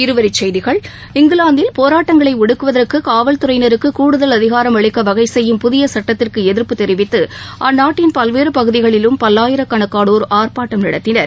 இருவரிச்செய்திகள் இங்கிலாந்தில் போராட்டங்களை ஒடுக்குவதற்கு காவல்துறையினருக்கு கூடுதல் அதிகாரம் அளிக்க வகை செய்யும் புதிய சட்டத்திற்கு எதிர்ப்பு தெரிவித்து அந்நாட்டின் பல்வேறு பகுதிகளிலும் பல்லாயிரக்கணக்கானோர் ஆர்ப்பாட்டம் நடத்தினர்